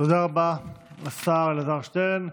תודה רבה לשר אלעזר שטרן.